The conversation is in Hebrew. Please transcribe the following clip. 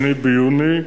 2 ביוני,